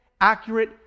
accurate